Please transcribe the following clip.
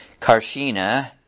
Karshina